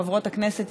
חברות הכנסת,